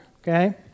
okay